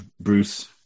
Bruce